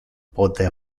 pote